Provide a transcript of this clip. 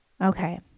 Okay